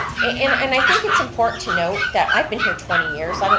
and i think it's important to note that i've been here twenty years, like